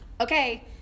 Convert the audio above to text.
okay